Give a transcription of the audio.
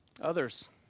Others